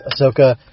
Ahsoka